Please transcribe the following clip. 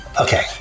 Okay